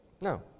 No